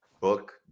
book